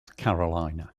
carolina